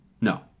No